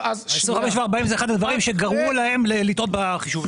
25% ו-40% זה אחד הדברים שגרמו להם לטעות בחישובים.